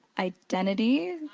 identity.